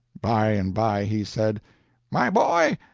by and by he said my boy,